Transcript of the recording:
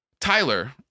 Tyler